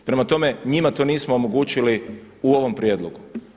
Prema tome, njima to nismo omogućili u ovo prijedlogu.